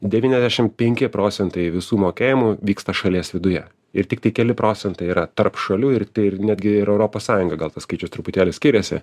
devyniasdešim penki procentai visų mokėjimų vyksta šalies viduje ir tiktai keli procentai yra tarp šalių ir tai ir netgi europos sąjunga gal tas skaičius truputėlį skiriasi